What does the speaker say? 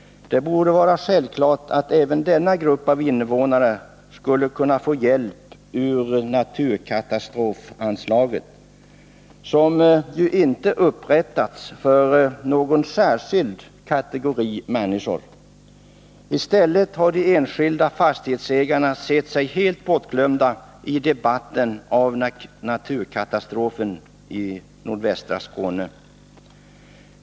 Det borde vara självklart att även denna grupp av invånare skulle kunna få hjälp från naturkatastrofanslaget, som ju inte upprättats för någon särskild kategori av människor. I stället har de enskilda fastighetsägarna sett sig helt bortglömda i debatten om naturkatastrofen i nordvästra Skåne.